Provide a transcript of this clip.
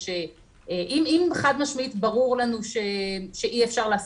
אם חד-משמעית ברור לנו שאי אפשר להעסיק,